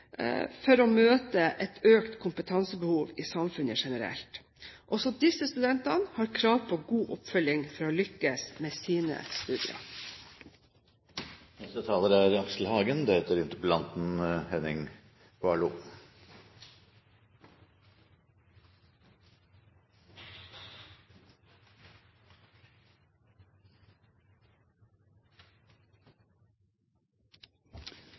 for å møte et økt kompetansebehov i samfunnet generelt. Også disse studentene har krav på god oppfølging for å lykkes med sine